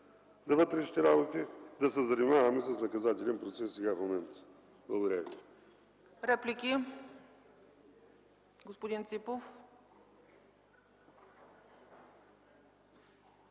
да се занимаваме с наказателен процес сега, в момента. Благодаря.